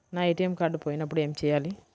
నా ATM card పోయినప్పుడు ఏమి చేయాలి?